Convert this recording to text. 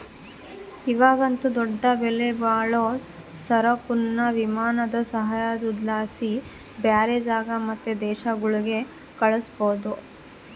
ಇವಾಗಂತೂ ದೊಡ್ಡ ಬೆಲೆಬಾಳೋ ಸರಕುನ್ನ ವಿಮಾನದ ಸಹಾಯುದ್ಲಾಸಿ ಬ್ಯಾರೆ ಜಾಗ ಮತ್ತೆ ದೇಶಗುಳ್ಗೆ ಕಳಿಸ್ಬೋದು